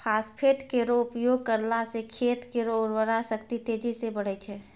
phosphate केरो उपयोग करला सें खेत केरो उर्वरा शक्ति तेजी सें बढ़ै छै